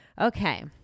okay